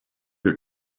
you